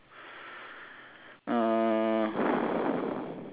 okay wait wait